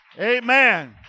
Amen